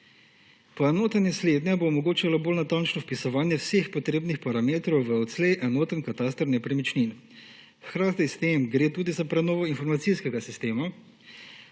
Poenotenje slednje bo omogočilo bolj natančno vpisovanje vseh potrebnih parametrov v odslej enoten kataster nepremičnin. Hkrati s tem gre tudi za prenovo informacijskega sistema,